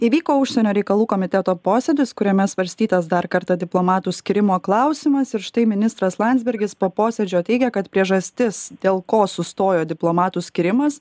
įvyko užsienio reikalų komiteto posėdis kuriame svarstytas dar kartą diplomatų skyrimo klausimas ir štai ministras landsbergis po posėdžio teigia kad priežastis dėl ko sustojo diplomatų skyrimas